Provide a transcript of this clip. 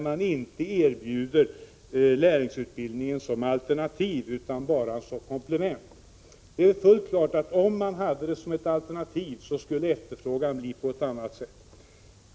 Man erbjuder inte lärlingsutbildningen som ett alternativ utan bara som ett komplement. Det är fullt klart att om den vore ett alternativ, skulle efterfrågan bli en helt annan.